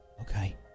Okay